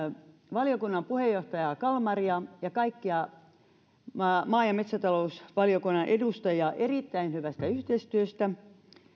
valiokunnan puheenjohtaja kalmaria ja kaikkia maa ja maa ja metsätalousvaliokunnan edustajia erittäin hyvästä yhteistyöstä